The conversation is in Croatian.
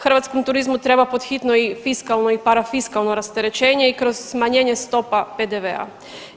Hrvatskom turizmu treba pod hitno i fiskalno i parafiskalno rasterećenje i kroz smanjenje stopa PDV-a.